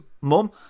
mum